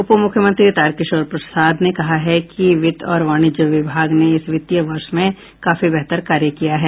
उप मुख्यमंत्री तारकिशोर प्रसाद ने कहा है कि वित्त और वाणिज्य विभाग ने इस वित्तीय वर्ष में काफी बेहतर कार्य किया है